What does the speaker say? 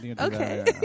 Okay